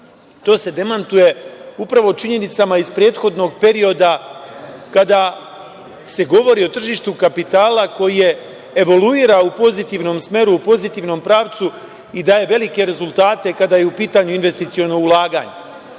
to se demantuje upravo činjenicama iz prethodnog perioda kada se govori o tržištu kapitala koje evoluira u pozitivnom smeru, u pozitivnom pravcu i daje velike rezultate kada je u pitanju investiciono ulaganje.Zašto